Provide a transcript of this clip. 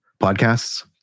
Podcasts